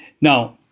Now